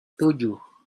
tujuh